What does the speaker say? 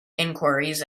inquiries